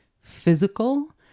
physical